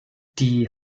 die